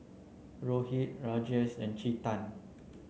Rohit Rajesh and Chetan